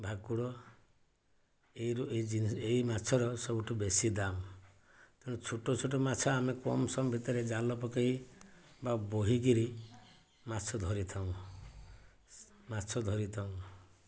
ଭାକୁର ଏଇ ମାଛର ସବୁଠୁ ବେଶୀ ଦାମ୍ ତେଣୁ ଛୋଟ ଛୋଟ ମାଛ ଆମେ କମ୍ ସମୟ ଭିତରେ ଜାଲ ପକାଇ ବା ବୋହିକିରି ମାଛ ଧରିଥାଉ ମାଛ ଧରିଥାଉ